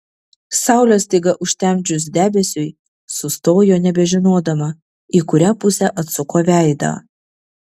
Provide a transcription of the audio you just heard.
saulę staiga užtemdžius debesiui sustojo nebežinodama į kurią pusę atsuko veidą